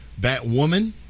Batwoman